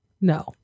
no